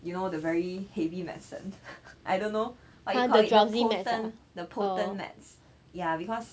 you know the very heavy medicine I don't know what you call it the potent the potent meds ya because